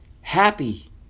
happy